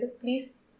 Please